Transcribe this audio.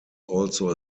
also